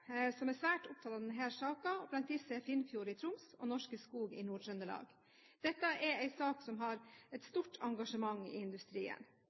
som er svært opptatt av denne saken. Blant disse er Finnfjord i Troms og Norske Skog i Nord-Trøndelag. Dette er en sak som har et stort engasjement i industrien.